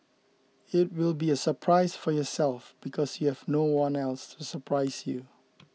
it will be a surprise for yourself because you have no one else to surprise you